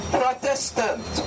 protestant